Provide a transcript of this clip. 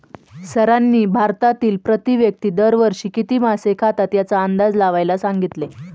सरांनी भारतातील प्रति व्यक्ती दर वर्षी किती मासे खातात याचा अंदाज लावायला सांगितले?